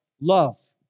love